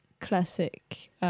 classic